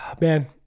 Man